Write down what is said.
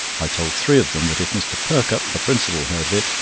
i told three of them that if mr. perkupp, the principal, heard of it,